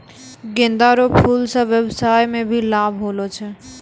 गेंदा रो फूल से व्यबसाय मे भी लाब होलो छै